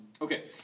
Okay